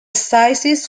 sizes